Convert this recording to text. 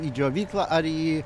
į džiovyklą ar į